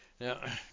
Now